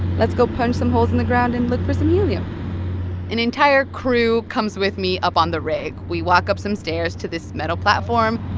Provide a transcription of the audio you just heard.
let's go punch some holes in the ground and look for some helium an entire crew comes with me up on the rig. we walk up some stairs to this metal platform